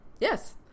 yes